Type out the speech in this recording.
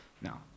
Now